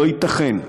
לא ייתכן,